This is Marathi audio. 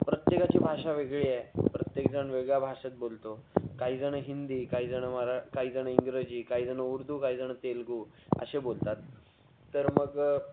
प्रत्येकाची भाषा वेगळी आहे प्रत्येकजण वेगळ्या भाषेत बोलतो काहीजणं हिंदी काहीजणं मरा काहीजणं इंग्रजी काहीजणं उर्दू काहीजणं तेलगू असे बोलतात तर मग